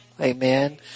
Amen